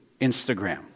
Instagram